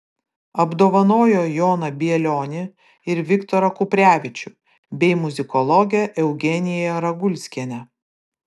apdovanojo joną bielionį ir viktorą kuprevičių bei muzikologę eugeniją ragulskienę